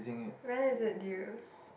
when is it due